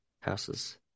houses